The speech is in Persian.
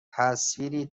تصویری